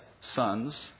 sons